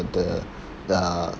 the the